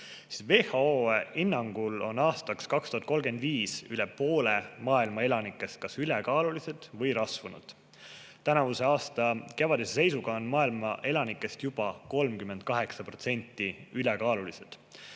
WHO hinnangul on aastaks 2035 üle poole maailma elanikest kas ülekaalulised või rasvunud. Tänavuse aasta kevade seisuga on maailma elanikest juba 38% ülekaalulised.